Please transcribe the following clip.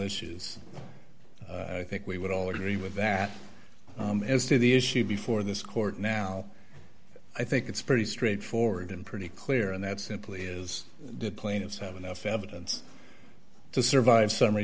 issues i think we would all agree with that as to the issue before this court now i think it's pretty straightforward and pretty clear and that simply is the plaintiffs have enough evidence to survive summary